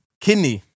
kidney